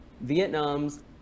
Vietnam's